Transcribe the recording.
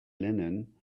linen